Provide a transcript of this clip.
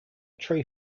tree